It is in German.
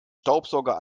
staubsauger